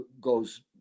goes